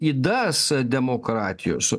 ydas demokratijos